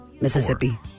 Mississippi